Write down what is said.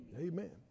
Amen